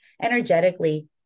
energetically